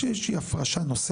שהיא איזה שהיא הפרשה נוספת,